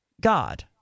God